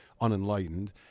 Unenlightened